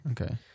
okay